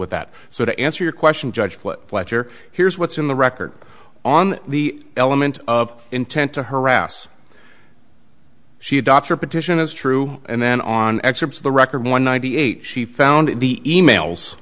with that so to answer your question judge fletcher here's what's in the record on the element of intent to harass she adopts her petition as true and then on excerpts of the record one ninety eight she found the emails